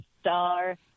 star